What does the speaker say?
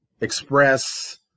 express